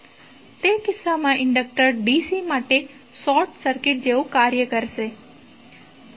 તે કિસ્સામાં inductor DC માટે શોર્ટ સર્કિટ જેવું કાર્ય કરશે